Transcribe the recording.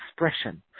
expression